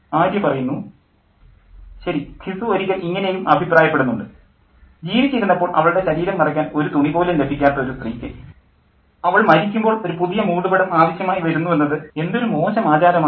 ആര്യ ശരി ഘിസു ഒരിക്കൽ ഇങ്ങനെയും അഭിപ്രായപ്പെടുന്നുണ്ട് ജീവിച്ചിരുന്നപ്പോൾ അവളുടെ ശരീരം മറയ്ക്കാൻ ഒരു തുണി പോലും ലഭിക്കാത്ത ഒരു സ്ത്രീയ്ക്ക് അവൾ മരിക്കുമ്പോൾ ഒരു പുതിയ മൂടുപടം ആവശ്യമായി വരുന്നു എന്നത് എന്തൊരു മോശം ആചാരമാണ്